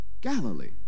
Galilee